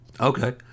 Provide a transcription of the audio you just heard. okay